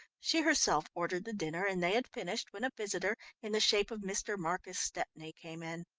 she herself ordered the dinner, and they had finished when a visitor in the shape of mr. marcus stepney came in.